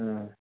ہاں